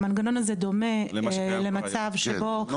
המנגנון הזה דומה למצב שבו --- זה משהו שקיים כבר היום.